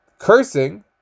Cursing